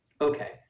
Okay